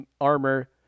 armor